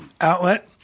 Outlet